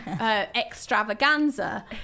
extravaganza